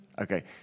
okay